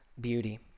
beauty